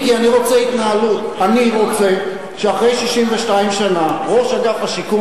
אני רוצה שאחרי 62 שנה ראש אגף השיקום